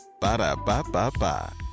Ba-da-ba-ba-ba